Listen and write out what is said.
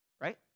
right